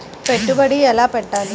పెట్టుబడి ఎలా పెట్టాలి?